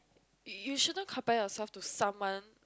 you shouldn't compare yourself to someone